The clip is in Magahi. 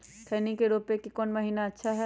खैनी के रोप के कौन महीना अच्छा है?